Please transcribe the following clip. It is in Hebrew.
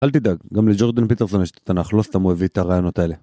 אל תדאג, גם לג'ורדן פיטרסון יש תנך לא סתם הוא הביא את הרעיונות האלה.